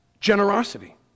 generosity